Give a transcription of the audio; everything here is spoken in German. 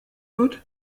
wird